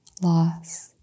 loss